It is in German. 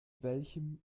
welchem